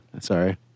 Sorry